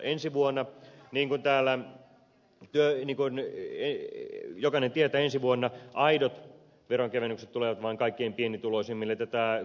ensi vuonna niin kuin jokainen tietää aidot veronkevennykset tulevat vain kaikkein pienituloisimmille